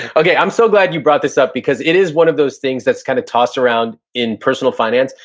okay, i'm so glad you brought this up because it is one of those things that's kind of tossed around in personal finance,